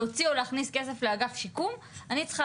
להוציא או להכניס כסף לאגף שיקום אני צריכה